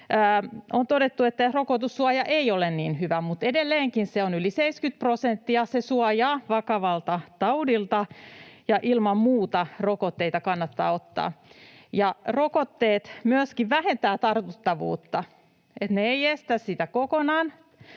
on todettu, että rokotussuoja ei ole niin hyvä, mutta edelleenkin se on yli 70 prosenttia ja se suojaa vakavalta taudilta, ja ilman muuta rokotteita kannattaa ottaa. Rokotteet myöskin vähentävät tartuttavuutta, eli ne eivät estä sitä kokonaan